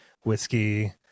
whiskey